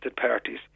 parties